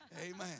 amen